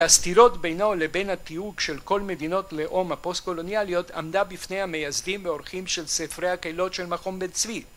הסתירות בינו לבין התיוג של כל מדינות לאום הפוסט קולוניאליות עמדה בפני המייסדים ועורכים של ספרי הקהילות של מכון בית צבי